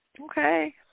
Okay